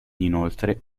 inoltre